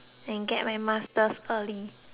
masters early